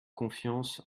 confiance